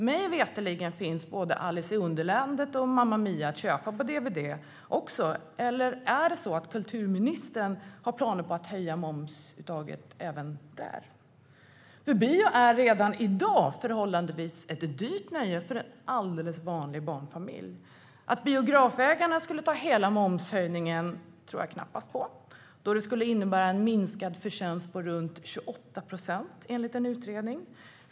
Mig veterligen finns både Alice i Underlandet och Mamma Mia att köpa på dvd. Eller är det så att kulturministern har planer på att höja momsuttaget även där? Bio är redan i dag ett förhållandevis dyrt nöje för en alldeles vanlig barnfamilj. Att biografägarna skulle ta hela momshöjningen tror jag knappast. Det skulle innebära en minskad förtjänst på runt 28 procent, enligt en utredning.